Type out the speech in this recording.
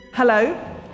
Hello